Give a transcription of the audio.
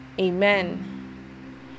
amen